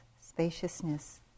spaciousness